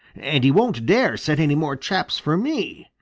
and he won't dare set any more traps for me,